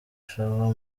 shower